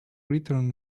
return